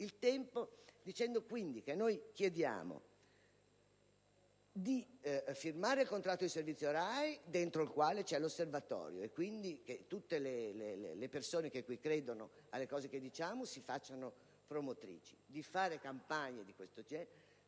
In conclusione, noi chiediamo di firmare il contratto di servizio RAI, nel quale c'è l'Osservatorio, e quindi che tutte le persone che credono alle cose che diciamo se ne facciano promotrici; di fare campagne di questo genere;